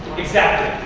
exactly.